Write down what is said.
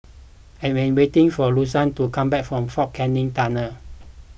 I am waiting for Louisa to come back from fort Canning Tunnel